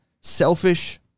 selfish